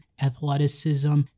athleticism